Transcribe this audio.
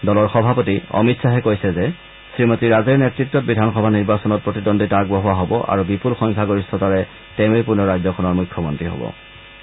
দলৰ সভাপতি অমিত খাহে কৈছে যে শ্ৰীমতী ৰাজেৰ নেতৃতত বিধানসভা নিৰ্বাচনত প্ৰতিদ্বন্দ্বিতা আগবঢ়োৱা হ'ব আৰু বিপুল সংখ্যাগৰিষ্ঠতাৰে তেওঁৱেই পুনৰ ৰাজ্যখনৰ মুখ্যমন্ত্ৰী হ'ব